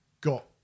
got